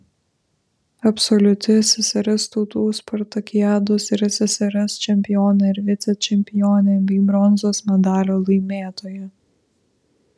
absoliuti ssrs tautų spartakiados ir ssrs čempionė ir vicečempionė bei bronzos medalio laimėtoja